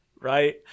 right